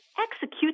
execute